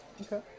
Okay